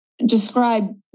Describe